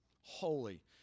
holy